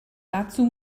dazu